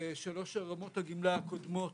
שלוש רמות הגמלה הקודמות,